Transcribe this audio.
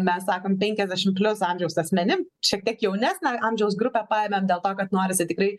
mes sakom penkiasdešimt plius amžiaus asmenim šiek tiek jaunesnio amžiaus grupę paėmėm dėl to kad norisi tikrai